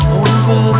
over